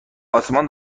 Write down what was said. آسمان